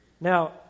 Now